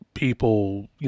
people